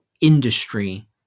industry